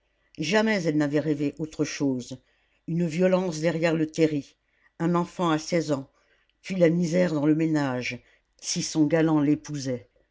jamais elle n'avait rêvé autre chose une violence derrière le terri un enfant à seize ans puis la misère dans le ménage si son galant l'épousait